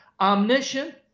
omniscient